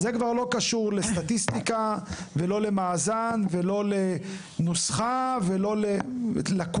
זה כבר לא קשור לסטטיסטיקה ולא למאזן ולא לנוסחה ולא ללקונה.